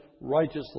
righteously